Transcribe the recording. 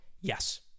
Yes